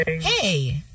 Hey